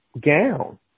gown